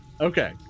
Okay